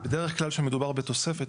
בדרך כלל כשמדובר בתוספת,